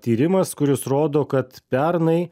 tyrimas kuris rodo kad pernai